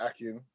Akin